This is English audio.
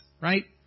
right